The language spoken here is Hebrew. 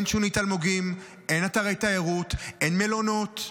אין שונית אלמוגים, אין אתרי תיירות, אין מלונות,